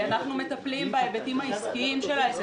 אנחנו מטפלים בהיבטים העסקיים של העסק,